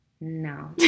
No